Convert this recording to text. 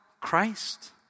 Christ